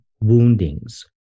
woundings